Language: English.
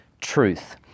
truth